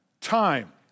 time